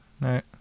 no